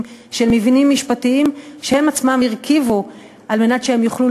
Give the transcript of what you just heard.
של מבנים משפטיים שהם עצמם הרכיבו על מנת שהם יוכלו